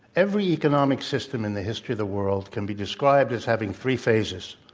every economic system in the history of the world can be described as having three phases.